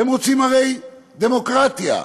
הם הרי רוצים דמוקרטיה.